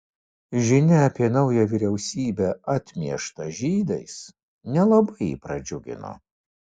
žinia apie naują vyriausybę atmieštą žydais nelabai jį pradžiugino